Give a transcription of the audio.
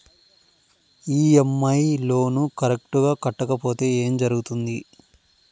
EMI loan correct గా కట్టకపోతే ఏం జరుగుతుంది